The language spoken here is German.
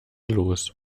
los